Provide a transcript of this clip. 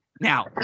now